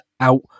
out